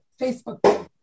Facebook